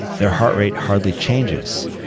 their heart rate hardly changes.